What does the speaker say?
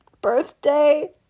birthday